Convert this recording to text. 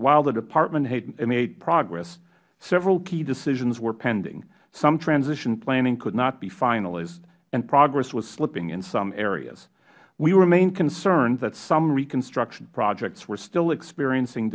the department had made progress several key decisions were pending some transition planning could not be finalized and progress was slipping in some areas we remain concerned that some reconstruction projects were still experiencing